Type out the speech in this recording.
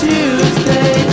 Tuesday